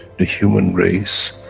the human race,